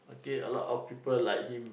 K a lot of people like him